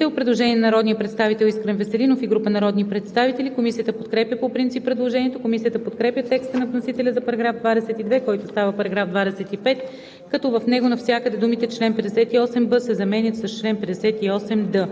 има предложение на народния представител Искрен Веселинов и група народни представители. Комисията подкрепя по принцип предложението. Комисията подкрепя текста на вносителя за § 22, който става § 25, като в него навсякъде думите „чл. 58б“ се заменят с „чл. 58д“.